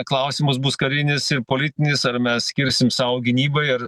klausimus bus karinis ir politinis ar mes skirsim savo gynybai ar